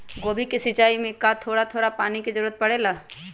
गोभी के सिचाई में का थोड़ा थोड़ा पानी के जरूरत परे ला?